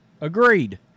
Agreed